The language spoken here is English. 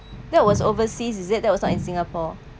that was overseas is it that was not in singapore